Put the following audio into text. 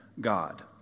God